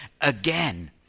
again